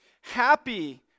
Happy